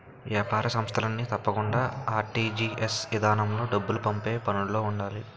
ఏపార సంస్థలన్నీ తప్పకుండా ఆర్.టి.జి.ఎస్ ఇదానంలో డబ్బులు పంపే పనులో ఉండాలి